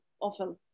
often